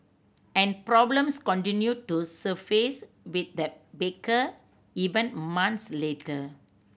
and problems continued to surface with the baker even months later